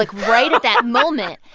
like right at that moment,